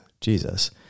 Jesus